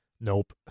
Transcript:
Nope